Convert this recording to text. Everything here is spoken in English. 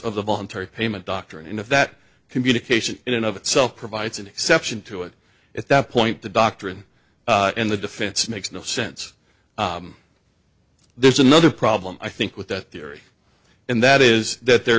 of the voluntary payment doctrine and if that communication in and of itself provides an exception to it at that point the doctrine in the defense makes no sense there's another problem i think with that theory and that is that there